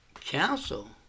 council